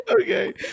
Okay